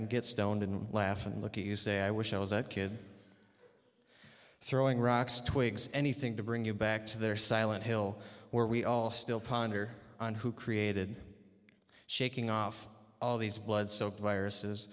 and get stoned and laugh and look at you say i wish i was a kid throwing rocks twigs anything to bring you back to their silent hill where we all still ponder on who created shaking off all these blood soaked viruses